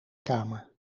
kamer